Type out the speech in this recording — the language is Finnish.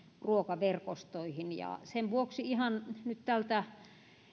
ruokaverkostoihin ja sen vuoksi ihan nyt tältä